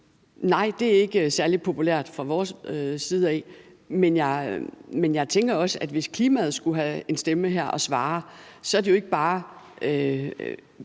nej, det er ikke særlig populært hos os, og jeg tænker også, at hvis klimaet skulle have en stemme her og svare, ville klimaet